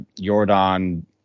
Jordan